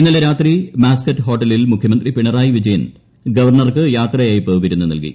ഇന്നലെ രാത്രി മാസ്ക്കറ്റ് ഹോട്ടലിൽ മുഖ്യമന്ത്രി പിണറായി വിജയൻ ഗവർണർക്കു യാത്രയയപ്പു വിരുന്നു നൽകി